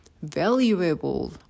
valuable